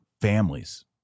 families